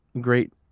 great